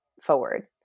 Forward